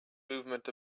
movement